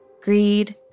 Greed